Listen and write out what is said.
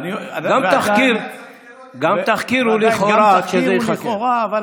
גם תחקיר הוא לכאורה, עד שזה ייחקר.